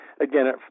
again